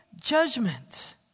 judgment